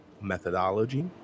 methodology